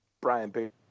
Brian